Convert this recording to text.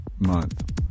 month